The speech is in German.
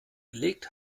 gelegt